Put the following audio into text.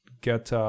get